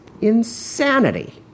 Insanity